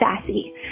sassy